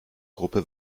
gruppe